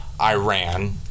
Iran